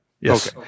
Yes